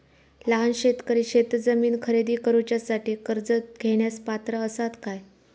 लहान शेतकरी शेतजमीन खरेदी करुच्यासाठी कर्ज घेण्यास पात्र असात काय?